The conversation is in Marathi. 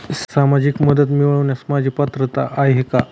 सामाजिक मदत मिळवण्यास माझी पात्रता आहे का?